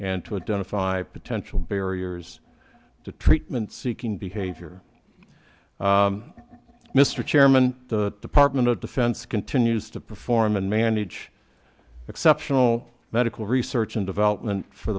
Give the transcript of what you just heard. and to a down to five potential barriers to treatment seeking behavior mr chairman the department of defense continues to perform and manage exceptional medical research and development for